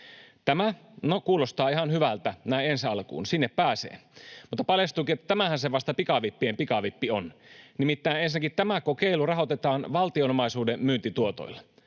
tämä kuulostaa ihan hyvältä näin ensi alkuun, että sinne pääsee, mutta paljastuukin, että tämähän se vasta pikavippien pikavippi on. Nimittäin ensinnäkin tämä kokeilu rahoitetaan valtion omaisuuden myyntituotoilla